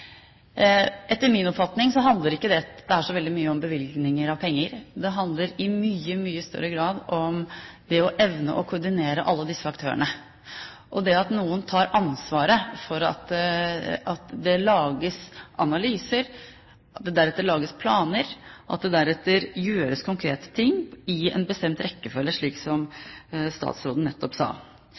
Etter min oppfatning handler ikke dette så veldig mye om bevilgningen av penger. Det handler i mye, mye større grad om det å evne å koordinere alle disse aktørene, at noen tar ansvaret for at det lages analyser, at det deretter lages planer, at det deretter gjøres konkrete ting i en bestemt rekkefølge, slik som statsråden nettopp sa.